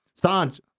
Sanj